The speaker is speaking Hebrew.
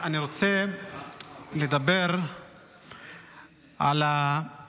ככה אני פועל תמיד כשאני מנהל את הישיבה.